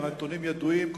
והנתונים ידועים,